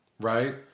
right